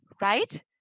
Right